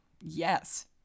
yes